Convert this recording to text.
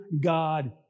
God